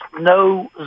no